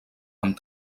amb